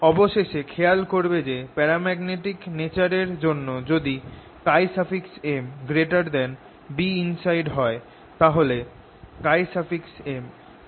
অবশেষে খেয়াল করবে যে প্যারাম্যাগনেটিক নেচার এর জন্য যদি MBinside তাহলে MBapplied হবে